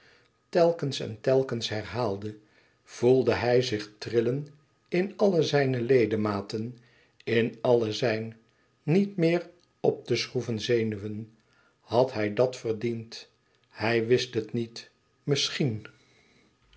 telkens en telkens herhaalde voelde hij zich trillen in alle zijne ledematen in alle zijn niet meer op te schroeven zenuwen had hij dat verdiend hij wist het niet misschien